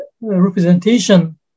representation